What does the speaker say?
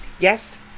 Yes